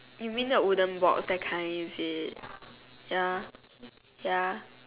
you mean the wooden box that kind is it ya ya